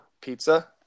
pizza